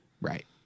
Right